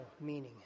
meaning